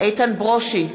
איתן ברושי,